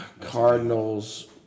Cardinals